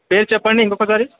పేరు చెప్పండి ఇంకొకసారి